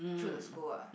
through the school ah